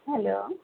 hello